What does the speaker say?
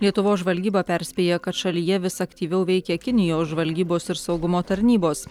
lietuvos žvalgyba perspėja kad šalyje vis aktyviau veikia kinijos žvalgybos ir saugumo tarnybos